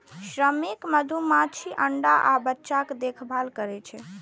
श्रमिक मधुमाछी अंडा आ बच्चाक देखभाल करै छै